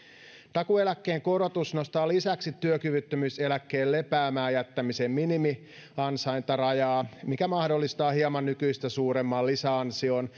takuueläkkeen korotus nostaa lisäksi työkyvyttömyyseläkkeen lepäämään jättämisen minimiansaintarajaa mikä mahdollistaa hieman nykyistä suuremman lisäansion